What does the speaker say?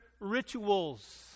rituals